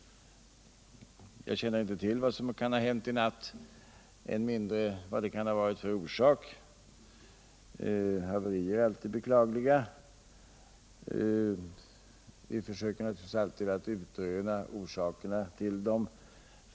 Jag känner inte till vad som kan ha hänt i natt, än mindre vad det kan ha hafi för orsak. Haverier är alltid beklagliga. Vi försöker naturligtvis alltid utröna orsakerna till dem.